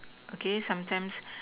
okay sometimes